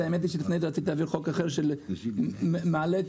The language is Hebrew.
לפני כן רציתי להעביר חוק אחר שמעלה את